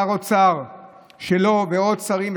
ועוד שרים,